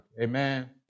Amen